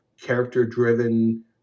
character-driven